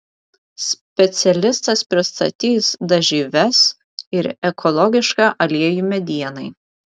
specialistas pristatys dažyves ir ekologišką aliejų medienai